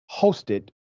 hosted